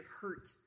hurt